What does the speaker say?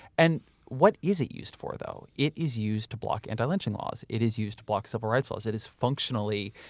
and what is it used for though? it is used to block anti lynching laws. it is used to block civil rights laws. it is functionally,